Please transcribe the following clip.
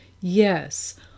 Yes